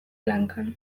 lankan